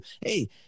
Hey